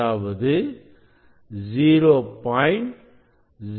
அதாவது 0